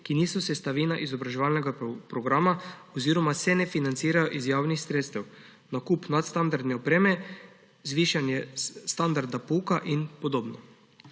ki niso sestavina izobraževalnega programa oziroma se ne financirajo iz javnih sredstev: nakup nadstandardne opreme, zvišanje standarda pouka in podobno.